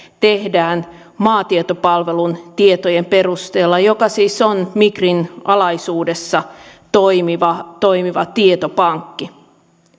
tehdään maatietopalvelun tietojen perusteella joka siis on migrin alaisuudessa toimiva toimiva tietopankki